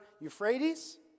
Euphrates